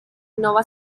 nova